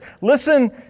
listen